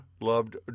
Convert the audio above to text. loved